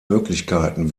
möglichkeiten